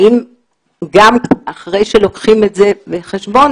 האם גם אחרי שלוקחים את זה בחשבון,